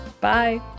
Bye